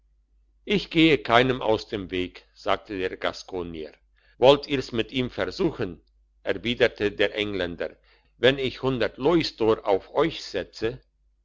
ich gehe keinem aus dem weg sagte der gaskonier wollt ihr's mit ihm versuchen erwiderte der engländer wenn ich hundert louisdor auf euch setze